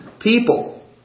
people